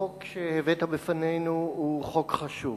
החוק שהבאת בפנינו הוא חוק חשוב,